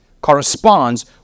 corresponds